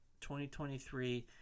2023